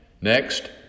Next